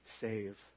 save